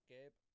Gabe